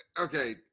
Okay